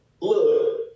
Look